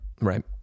Right